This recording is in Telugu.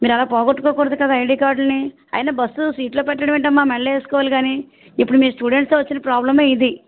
మీరు అలా పోగొట్టుకోకూడదు కదా ఐడీకార్డులని అయినా బస్ సీట్లో పెట్టడం ఏంటమ్మా మెడలో వేసుకోవాలి కానీ ఇప్పుడు మీ స్టూడెంట్స్తో వచ్చిన ప్రాబ్లమే ఇది